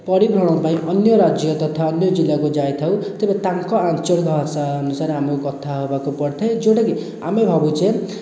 ପରିଭ୍ରମଣ ପାଇଁ ଅନ୍ୟ ରାଜ୍ୟ ତଥା ଅନ୍ୟ ଜିଲ୍ଲାକୁ ଯାଇଥାଉ ତେବେ ତାଙ୍କ ଆଞ୍ଚଳିକ ଭାଷା ଅନୁସାରେ ଆମକୁ କଥା ହେବାକୁ ପଡ଼ିଥାଏ ଯେଉଁଟାକି ଆମେ ଭାବୁଛେ